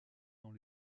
dans